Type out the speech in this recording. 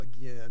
again